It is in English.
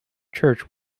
church